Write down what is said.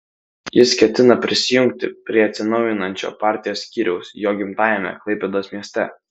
jis ketina prisijungti prie atsinaujinančio partijos skyriaus jo gimtajame klaipėdos mieste